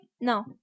no